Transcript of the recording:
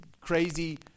crazy